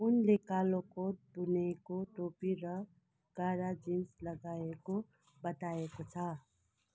उनले कालो कोट बुनेको टोपी र गाढा जिन्स लगाएको बताइएको छ